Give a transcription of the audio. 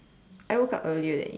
I woke up earlier than you